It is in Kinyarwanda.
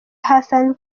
hasanzwe